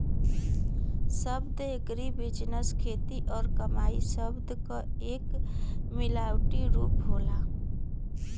शब्द एग्रीबिजनेस खेती और कमाई शब्द क एक मिलावटी रूप होला